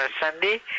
Sunday